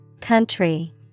Country